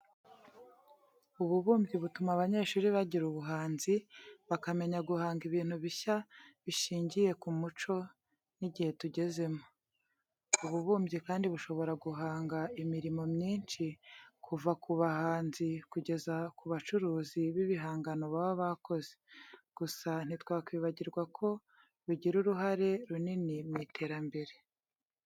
Ububumbyi butuma abanyeshuri bagira ubuhanzi, bakamenya guhanga ibintu bishya bishingiye ku muco n'igihe tugezemo. Ububumbyi kandi bushobora guhanga imirimo myinshi kuva ku bahanzi kugeza ku bacuruzi b'ibihangano baba bakoze. Gusa ntitwakwibagirwa ko bugira uruhare runini mu iterambere.